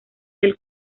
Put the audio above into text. del